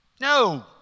No